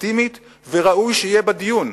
לגיטימית וראוי שיהיה בה דיון.